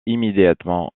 immédiatement